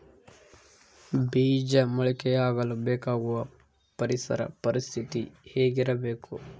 ಬೇಜ ಮೊಳಕೆಯಾಗಲು ಬೇಕಾಗುವ ಪರಿಸರ ಪರಿಸ್ಥಿತಿ ಹೇಗಿರಬೇಕು?